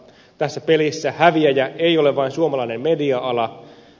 tässä pelissä häviäjä ei ole vain suomalainen media ala